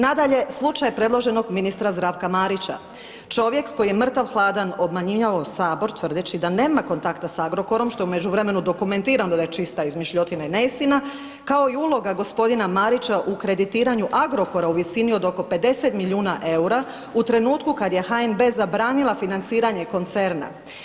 Nadalje, slučaj predloženog ministra Zdravka Marića, čovjek koji je mrtav-hladan obmanjivao Sabor tvrdeći da nema kontakta s Agrokorom, što je u međuvremenu dokumentirano da je čista izmišljotina i neistina, kao i uloga g. Marića u kreditiranju Agrokora u visini od oko 50 milijuna eura u trenutku kad je HNB zabranila financiranje koncerna.